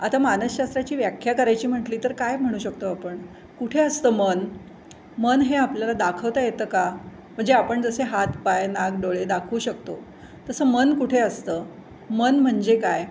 आता मानसशास्त्राची व्याख्या करायची म्हटली तर काय म्हणू शकतो आपण कुठे असतं मन मन हे आपल्याला दाखवता येतं का म्हणजे आपण जसे हात पाय नाक डोळे दाखवू शकतो तसं मन कुठे असतं मन म्हणजे काय